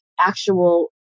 actual